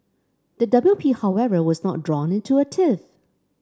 the W P However was not drawn into a tiff